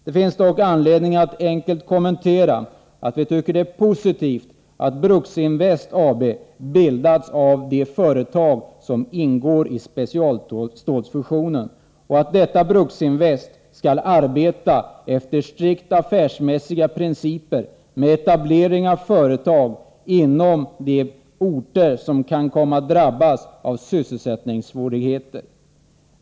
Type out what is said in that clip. Det finns dock anledning att enkelt kommentera att vi tycker att det är positivt att Bruksinvest AB bildats av de företag som ingår i specialstålsfusionen, och att detta Bruksinvest skall arbeta efter strikt affärsmässiga principer med etablering av företag inom de orter som kan komma att drabbas av sysselsättningssvårigheter.